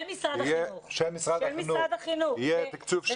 של משרד החינוך! - של משרד החינוך יהיה תקצוב שוויוני